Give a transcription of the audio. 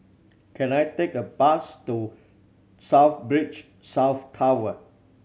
can I take a bus to South Breach South Tower